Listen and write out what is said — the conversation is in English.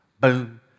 boom